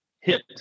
hit